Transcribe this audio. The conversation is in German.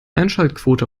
einschaltquote